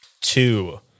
Two